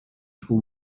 for